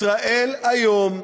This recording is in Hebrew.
"ישראל היום"